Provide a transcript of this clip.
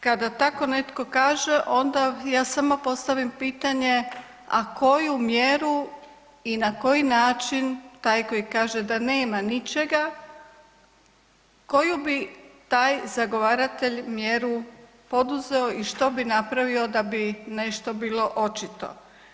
Kada tako netko kaže onda ja samo postavim pitanje, a koju mjeru i na koji način taj koji kaže da nema ničega koju bi taj zagovaratelj mjeru poduzeo i što bi napravio da bi nešto bilo očito.